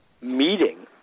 meeting